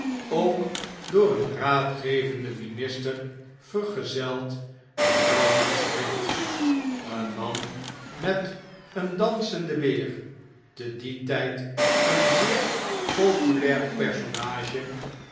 ook door een raadgevende minister vergezeld de rouwkoets reed een man met een dansenden beer te dien tjjd een zeer populair personage